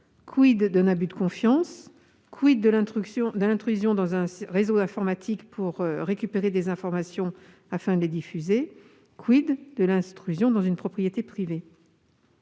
? d'un abus de confiance ? de l'intrusion dans un réseau informatique, pour y récupérer des informations afin de les diffuser ? de l'intrusion dans une propriété privée ?